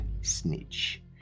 snitch